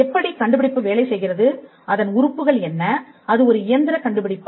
எப்படிக் கண்டுபிடிப்பு வேலை செய்கிறது அதன் உறுப்புகள் என்ன அது ஒரு இயந்திரக் கண்டுபிடிப்பா